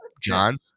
John